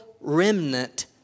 remnant